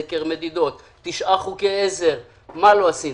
סקר מדידות, תשעה חוקי עזר, מה לא עשינו.